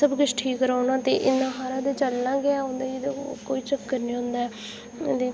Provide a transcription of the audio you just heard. सब किश ठीक रौंह्ना ते इ'न्ना हारा गै चलना गै उ'नेंगी ते होर कोई चक्कर नेईं होंदा ऐ ते बाकी